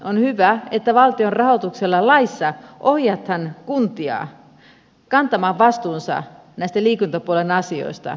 on hyvä että valtion rahoituksella laissa ohjataan kuntia kantamaan vastuunsa näistä liikuntapuolen asioista